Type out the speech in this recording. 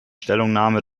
stellungnahme